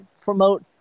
promote